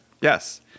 Yes